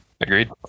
agreed